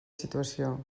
situació